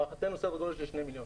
להערכתנו סדר גודל של שני מיליון.